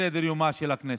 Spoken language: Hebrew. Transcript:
מסדר-יומה של הכנסת.